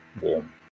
warm